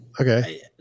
Okay